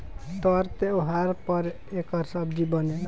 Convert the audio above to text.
तर त्योव्हार पर एकर सब्जी बनेला